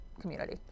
community